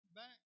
back